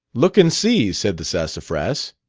look and see said the sassafras.